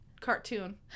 cartoon